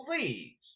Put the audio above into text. please